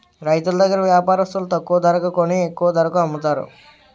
రైతులు దగ్గర వ్యాపారస్తులు తక్కువ ధరకి కొని ఎక్కువ ధరకు అమ్ముతారు